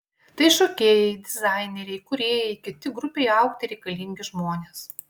tai šokėjai dizaineriai kūrėjai kiti grupei augti reikalingi žmonės